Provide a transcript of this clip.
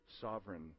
sovereign